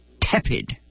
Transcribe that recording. tepid